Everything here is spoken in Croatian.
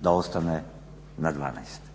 da ostane na 12.